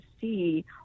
see